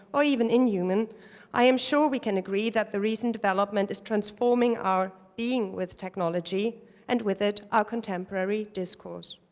or even inhuman i am sure we can agree that the recent development is transforming our being with technology and with it our contemporary discourse.